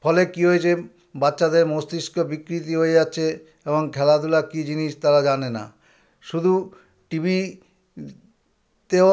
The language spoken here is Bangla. ফলে কী হয়েছে বাচ্চাদের মস্তিষ্ক বিকৃতি হয়ে যাচ্ছে এবং খেলাধুলা কী জিনিস তারা জানে না শুধু টিভিতেও